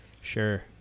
Sure